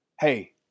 hey